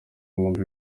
ibihumbi